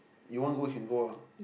you want go you can go ah